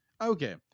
Okay